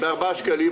אירו הוא 4 שקלים,